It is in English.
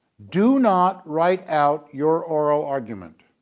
do not write out your oral argument.